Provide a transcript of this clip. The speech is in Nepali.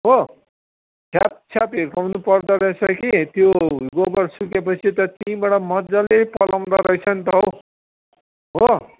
हो छ्याप छ्याप हिर्काउनु पर्दो रहेछ कि त्यो गोबर सुके पछि त त्यहीँबाट मजाले पलाउँदो रहेछ नि त हो